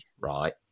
right